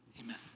Amen